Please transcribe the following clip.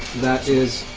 that is